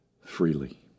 freely